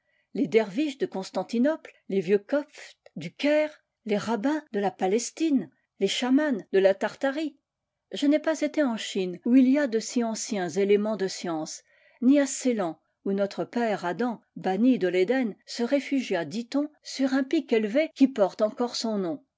les derviches de constantinople les vieux cophtes du caire les rabbins de la palestine les schaman de la tartarie je n'ai pas été en chine où il y a de si anciens éléments de science ni à ceylan où notre père adam banni de l'éden se réfugia dit-on sur un pic élevé qui porte encore son nom